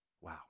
wow